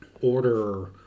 order